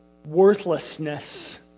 worthlessness